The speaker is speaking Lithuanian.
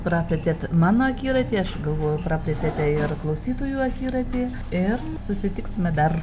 praplėtėt mano akiratį aš galvoju praplėtėte ir klausytojų akiratį ir susitiksime dar